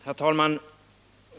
Herr talman!